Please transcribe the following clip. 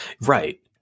Right